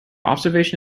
observation